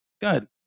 good